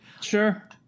Sure